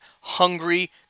hungry